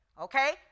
okay